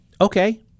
Okay